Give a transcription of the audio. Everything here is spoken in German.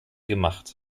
gemacht